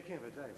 כן, כן, ודאי.